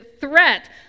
threat